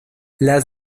las